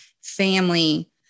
family